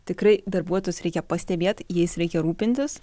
tikrai darbuotojus reikia pastebėt jais reikia rūpintis